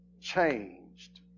changed